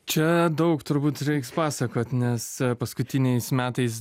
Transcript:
čia daug turbūt reiks pasakot nes paskutiniais metais